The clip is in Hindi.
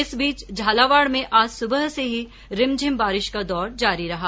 इस बीच झालावाड़ में आज सुबह से ही रिमझिम बारिश का दौर जारी रहा